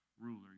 ruler